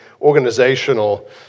organizational